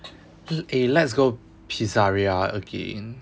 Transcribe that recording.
eh let's go pizzaria again